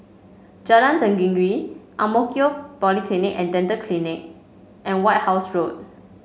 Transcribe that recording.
Jalan Tenggiri Ang Mo Kio Polyclinic And Dental Clinic and White House Road